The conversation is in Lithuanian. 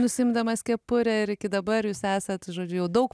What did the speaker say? nusiimdamas kepurę ir iki dabar jūs esat žodžiu jau daug